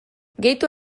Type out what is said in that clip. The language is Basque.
gehitu